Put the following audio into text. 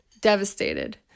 devastated